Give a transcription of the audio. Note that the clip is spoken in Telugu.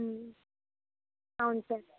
అవును సార్